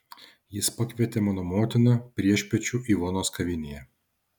jis pakvietė mano motiną priešpiečių ivonos kavinėje